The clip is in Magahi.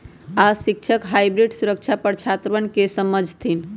आज शिक्षक हाइब्रिड सुरक्षा पर छात्रवन के समझय थिन